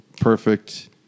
perfect